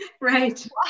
right